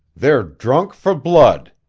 they're drunk for blood.